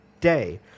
day